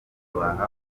bahabwa